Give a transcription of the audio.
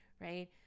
Right